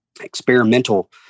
experimental